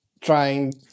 trying